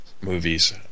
movies